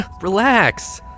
Relax